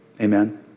Amen